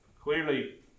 Clearly